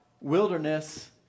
wilderness